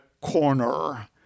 corner